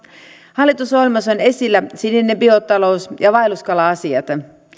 hallitusohjelmassa on esillä sininen biotalous ja vaelluskala asiat